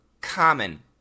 common